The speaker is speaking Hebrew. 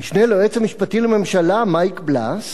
המשנה ליועץ המשפטי לממשלה מייק בלס